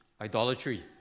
idolatry